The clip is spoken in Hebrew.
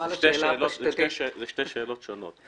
אלה שתי שאלות שונות.